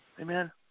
Amen